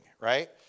right